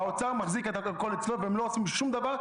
האוצר מחזיק את הכול אצלו והם לא עושים שום דבר,